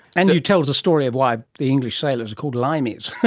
and you tell the story of why the english sailors are called limeys,